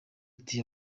ati